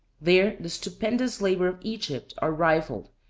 there the stupendous labors of egypt are rivalled,